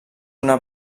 una